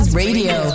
radio